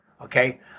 okay